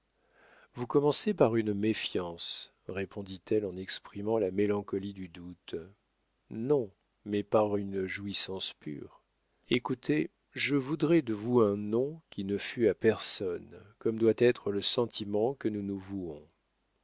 vous commencez par une méfiance répondit-elle en exprimant la mélancolie du doute non mais par une jouissance pure écoutez je voudrais de vous un nom qui ne fût à personne comme doit être le sentiment que nous nous vouons